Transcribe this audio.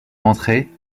rentrer